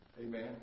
Amen